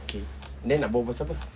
okay then nak bual pasal apa